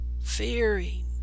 fearing